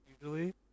usually